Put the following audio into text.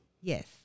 Yes